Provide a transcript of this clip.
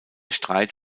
streit